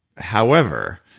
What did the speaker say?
however,